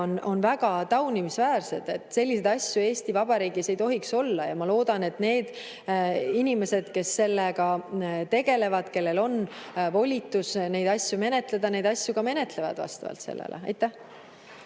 on väga taunimisväärsed. Selliseid asju Eesti Vabariigis ei tohiks olla. Ma loodan, et need inimesed, kes sellega tegelevad, kellel on volitus neid asju menetleda, neid asju ka menetlevad vastavalt sellele. Aitäh!